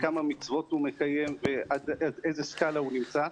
כמה מצוות הוא מקיים ועל איזה סקאלה הוא נמצא.